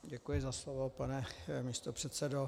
Děkuji za slovo, pane místopředsedo.